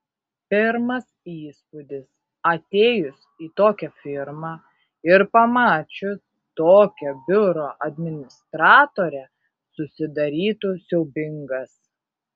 pirmas įspūdis atėjus į tokią firmą ir pamačius tokią biuro administratorę susidarytų siaubingas